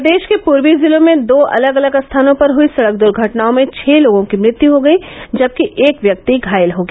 प्रदेष के पूर्वी जिलों में दो अलग अलग स्थानों पर हयी सड़क दुर्घटनाओं में छः लोगों की मृत्यु हो गयी जबकि एक व्यक्ति घायल हो गया